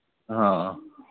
ꯑꯥ